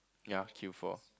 yea queue for